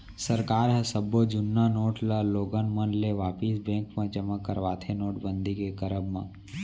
सरकार ह सब्बो जुन्ना नोट ल लोगन मन ले वापिस बेंक म जमा करवाथे नोटबंदी के करब म